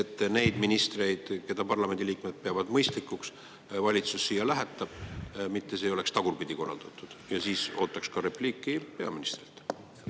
et neid ministreid, keda parlamendi liikmed peavad mõistlikuks, valitsus siia lähetab? Mitte see ei oleks tagurpidi korraldatud. Ja siis ootaks ka repliiki peaministrilt.